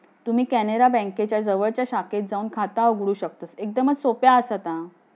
तुम्ही कॅनरा बँकेच्या जवळच्या शाखेत जाऊन खाता उघडू शकतस, एकदमच सोप्या आसा ता